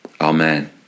Amen